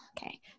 Okay